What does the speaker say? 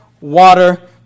water